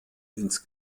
ins